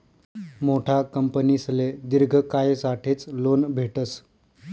मोठा कंपनीसले दिर्घ कायसाठेच लोन भेटस